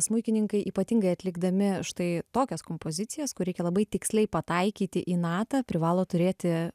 smuikininkai ypatingai atlikdami štai tokias kompozicijas kur reikia labai tiksliai pataikyti į natą privalo turėti